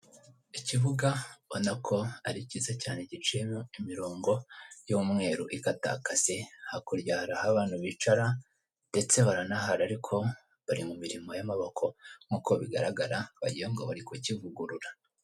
Ikibuga ubona ko ari cyiza cyane giciyemo imirongo y'umweru ikatakase hakurya hari aho abantu bicara ndetse baranahari ariko bari mu mirimo y'amaboko nk'uko bigaragara wagirango bari kukivugurura.